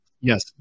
Yes